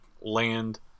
land